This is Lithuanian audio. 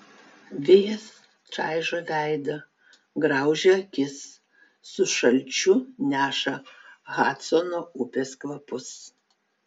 vėjas čaižo veidą graužia akis su šalčiu neša hadsono upės kvapus